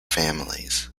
families